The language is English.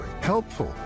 helpful